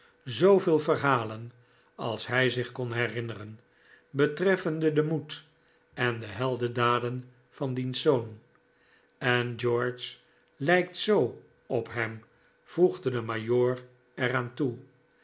zooveel verhalen als hij zich kon herinneren betreffende den moed en de heldendaden van diens zoon en george lijkt zoo op hem voegde de majoor er aan toe